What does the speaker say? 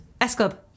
S-Club